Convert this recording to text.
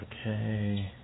okay